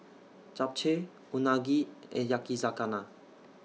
Japchae Unagi and Yakizakana